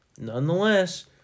nonetheless